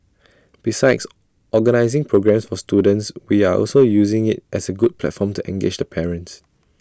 besides organising programmes for students we are also using IT as A good platform to engage the parents